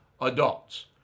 adults